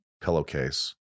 pillowcase